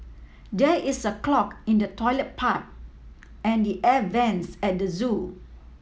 there is a clog in the toilet pipe and the air vents at the zoo